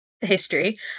history